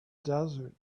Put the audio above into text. desert